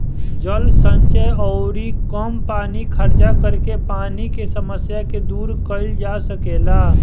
जल संचय अउरी कम पानी खर्चा करके पानी के समस्या के दूर कईल जा सकेला